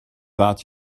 that